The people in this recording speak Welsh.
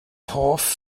hoff